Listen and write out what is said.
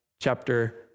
chapter